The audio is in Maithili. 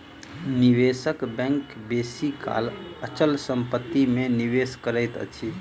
निवेशक बैंक बेसी काल अचल संपत्ति में निवेश करैत अछि